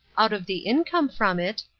out of the income from it